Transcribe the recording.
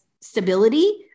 stability